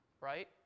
right